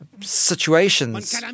situations